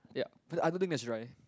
yup but I don't think that's dry